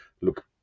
look